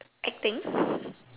acting